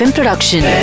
Production